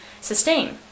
sustain